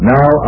Now